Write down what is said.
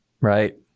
Right